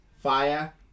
Fire